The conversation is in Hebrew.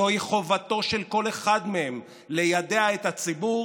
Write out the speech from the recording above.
זוהי חובתו של כל אחד מהם ליידע את הציבור